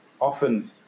often